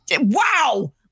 Wow